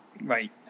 Right